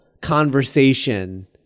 conversation